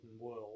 world